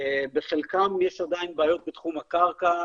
בחלקם יש עדיין בעיות בתחום הקרקע,